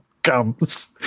Gums